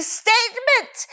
statement